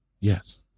Yes